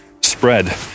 spread